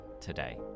today